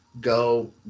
go